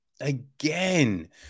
Again